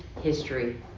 history